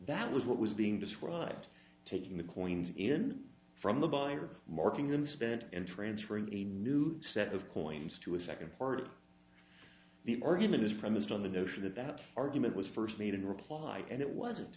that was what was being described taking the coins in from the buyer marking them spent and transferring a new set of coins to a second part of the argument is premised on the notion that that argument was first made in reply and it wasn't